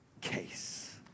case